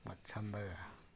ಮತ್ತು ಚೆಂದಗೆ